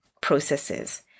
processes